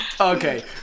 Okay